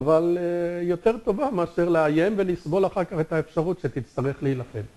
אבל יותר טובה מאשר לאיים ולסבול אחר כך את האפשרות שתצטרך להילחם